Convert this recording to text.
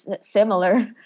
similar